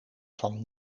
van